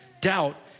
doubt